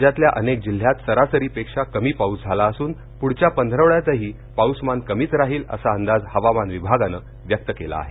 राज्यातल्या अनेक जिल्ह्यात सरासरीपेक्षा कमी पाऊस झाला असून पुढच्या पंधरवड्यातही पाऊसमान कमीच राहील असा अंदाज हवामान विभागानं व्यक्त केला आहे